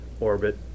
Orbit